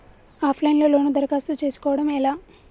Of line లో loan దరఖాస్తు చేసుకోవడం ఎలా?